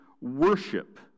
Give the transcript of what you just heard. worship